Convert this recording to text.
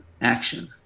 action